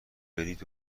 برید